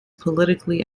politically